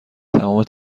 تمام